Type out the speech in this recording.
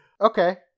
Okay